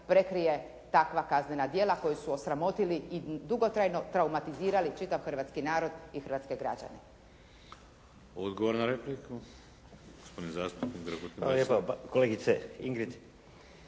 prekrije takva kaznena djela koja su osramotili i dugotrajno traumatizirali čitav hrvatski narod i hrvatske građane.